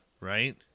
Right